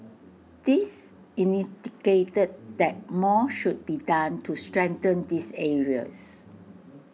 this that more should be done to strengthen these areas